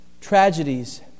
Tragedies